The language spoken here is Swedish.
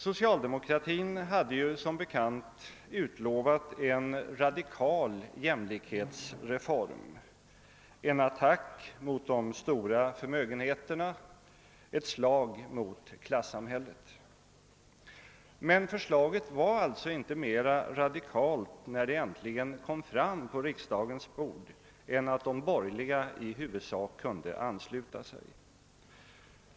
Socialdemokratin hade som bekant utlovat en radikal jämlikhetsreform — en attack mot de stora förmögenheterna, ett slag mot klassamhället. Men förslaget var alitså inte mer radikalt när det äntligen lades på riksdagens bord än att de borgerliga partierna i huvudsak kunde ansluta sig.